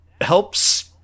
helps